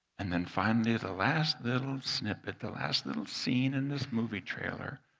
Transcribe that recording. and then finally the last little snippet, the last little scene in this movie trailer,